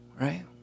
right